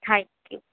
thank you